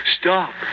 stop